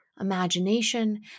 imagination